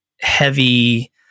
heavy